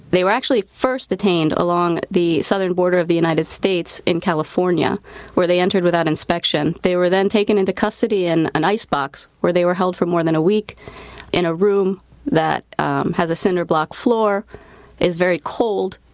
they were actually first detained along the southern border of the united states in california where they entered without inspection. they were then taken into custody in an ice box where they were held for more than a week in a room that has a cinder-block floor that was very cold.